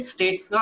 States